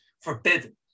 forbidden